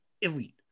elite